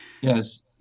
Yes